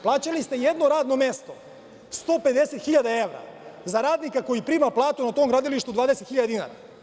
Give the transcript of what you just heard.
Plaćali ste jedno radno mesto 150 hiljada evra za radnika koji prima platu na tom gradilištu 20 hiljada dinara.